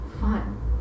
fun